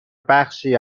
بخشی